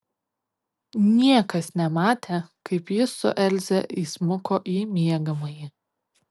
niekas nematė kaip jis su elze įsmuko į miegamąjį